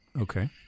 Okay